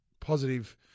positive